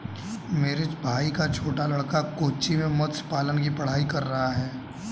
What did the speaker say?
मेरे भाई का छोटा लड़का कोच्चि में मत्स्य पालन की पढ़ाई कर रहा है